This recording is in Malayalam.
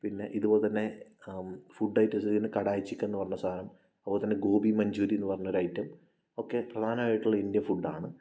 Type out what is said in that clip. പിന്നെ ഇതുപോലെതന്നെ ഫുഡ് ഐറ്റംസില്ത്തന്നെ കടായി ചിക്കനെന്ന് പറഞ്ഞ സാധനം അതുപോലെതന്നെ ഗോപി മഞ്ചൂരിയനെന്ന് പറഞ്ഞൊരു ഐറ്റം ഒക്കെ പ്രധാനമായിട്ടുള്ള ഇന്ത്യൻ ഫുഡാണ്